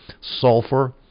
Sulfur